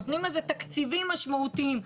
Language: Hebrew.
נותנים לזה תקציבים משמעותיים,